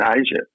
Asia